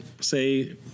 say